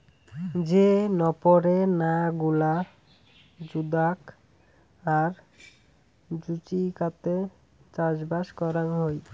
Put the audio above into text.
যে নপরে না গুলা জুদাগ আর জুচিকাতে চাষবাস করাং হই